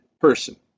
person